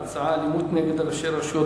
ההצעות בנושא אלימות נגד ראשי רשויות